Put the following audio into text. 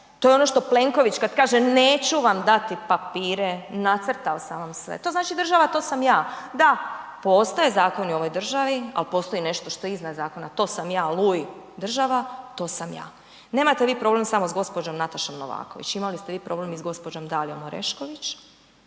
To je ono što Plenković kad kaže neću vam dati papire, nacrtao sam vam sve, to znači država to sam ja. Da, postoje zakoni u ovoj državi ali postoji nešto što je iznad zakona, to sam ja Luj, država to sam ja. Nemate vi problem samo s gospođom Natašom Novaković, imali ste vi problem i sa gospođom Dalijom Orešković